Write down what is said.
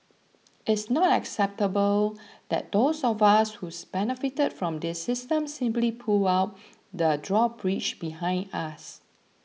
it's not acceptable that those of us who've benefited from this system simply pull out the drawbridge behind us